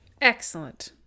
Excellent